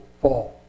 fall